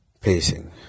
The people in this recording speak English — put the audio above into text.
pacing